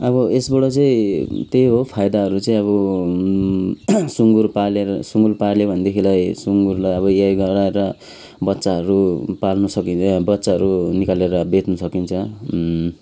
अब यसबाट चाहिँ हब त्यै हो फाइदाहरू चाहिँ अब सुँगुर पालेर सुँगुर पाल्यो भनेदेखिलाई सुँगुरलाई अब एआई गराएर बच्चाहरू पाल्नु सकिन्छ बच्चाहरू निकालेर बेच्नु सकिन्छ